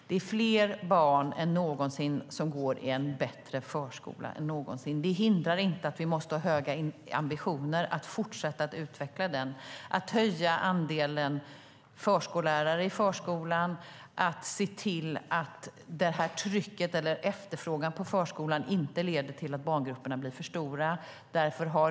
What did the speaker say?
Det är fler barn än någonsin som går i en bättre förskola än någonsin. Det hindrar dock inte att vi måste ha höga ambitioner att fortsätta att utveckla förskolan, att höja andelen förskollärare i förskolan och att se till att efterfrågan på förskoleplatser inte leder till att barngrupperna blir för stora.